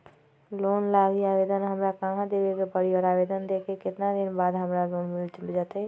Loan लागी आवेदन हमरा कहां देवे के पड़ी और आवेदन देवे के केतना दिन बाद हमरा लोन मिल जतई?